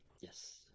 Yes